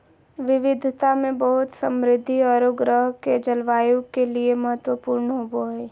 विविधता में बहुत समृद्ध औरो ग्रह के जलवायु के लिए महत्वपूर्ण होबो हइ